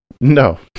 No